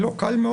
לא, לא קל מאוד.